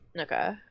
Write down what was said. Okay